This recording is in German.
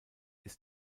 ist